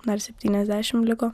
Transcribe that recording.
dar septyniasdešimt liko